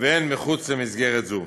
והן מחוץ למסגרת זו.